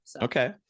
Okay